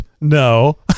No